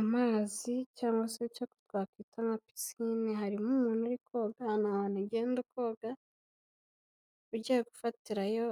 amazi cyangwa se cyo twakwita nka pisine harimo umuntu uri koga, ni ahantu ugenda ukoga ujya gufatirayo...